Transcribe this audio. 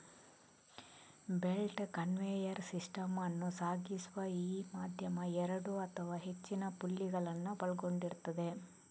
belt conveyor system ಅನ್ನು ಸಾಗಿಸುವ ಈ ಮಾಧ್ಯಮ ಎರಡು ಅಥವಾ ಹೆಚ್ಚಿನ ಪುಲ್ಲಿಗಳನ್ನ ಒಳಗೊಂಡಿರ್ತದೆ